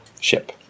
ship